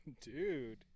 dude